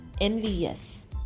envious